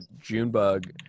Junebug